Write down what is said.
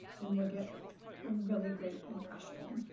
and you'll get a really great impression.